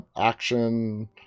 Action